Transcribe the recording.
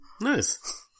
nice